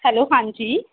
hello ਹਾਂਜੀ